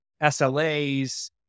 SLAs